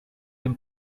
dem